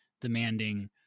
demanding